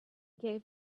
gave